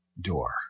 door